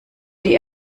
die